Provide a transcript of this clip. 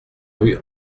rue